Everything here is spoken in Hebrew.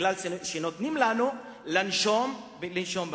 כי נותנים לנו לנשום במדינה.